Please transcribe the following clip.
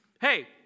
Hey